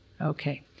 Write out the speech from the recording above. Okay